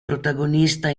protagonista